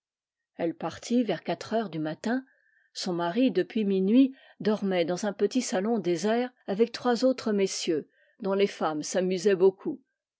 elle partit vers quatre heures du matin son mari depuis minuit dormait dans un petit salon désert avec trois autres messieurs dont les femmes s'amusaient beaucoup